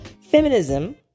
Feminism